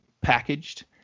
packaged